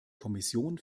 kommission